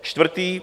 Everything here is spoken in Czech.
Čtvrtý.